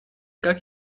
как